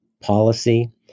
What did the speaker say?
policy